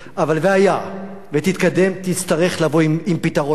אבל והיה ותתקדם, תצטרך לבוא עם פתרון מעשי,